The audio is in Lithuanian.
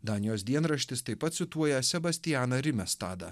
danijos dienraštis taip pat cituoja sebastianą rimestadą